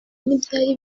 n’ibyari